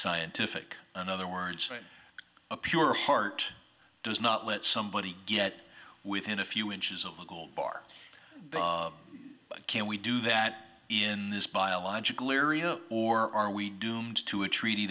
scientific another words a pure heart does not let somebody get within a few inches of a gold bar can we do that in this biologic or are we doomed to a treaty